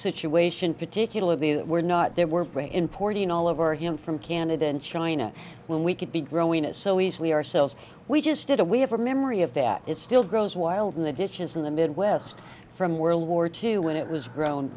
situation particularly that we're not there were importing all over him from canada and china when we could be growing it so easily ourselves we just had a we have a memory of that it still grows wild in the ditches in the midwest from world war two when it was grown